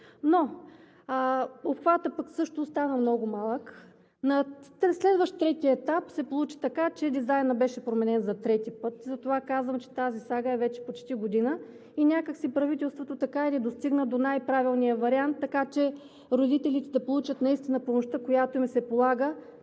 но обхватът пък също остана много малък. На следващ трети етап се получи така, че дизайнът беше променен за трети път. Затова казвам, че тази сага е вече почти година и някак си правителството така и не достигна до най-правилния вариант, така че родителите да получат наистина помощта, която им се полага.